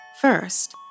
First